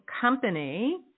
company